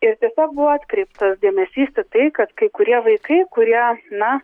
ir tiesiog buvo atkreiptas dėmesys į tai kad kai kurie vaikai kurie na